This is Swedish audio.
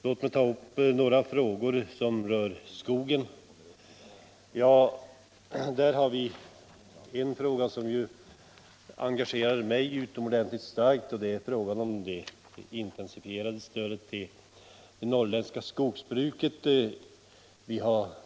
Låt mig ta upp några frågor som rör skogen. En sak som engagerar mig utomordentligt starkt är frågan om intensifierat stöd till det norrländska skogsbruket.